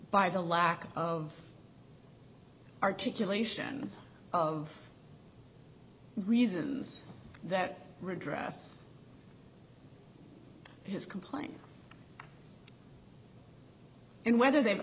by the lack of articulation of reasons that redress his complaint and whether they